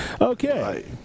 Okay